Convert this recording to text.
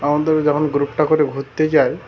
আমাদের যখন গ্রুপটা করে ঘুরতে যায়